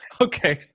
Okay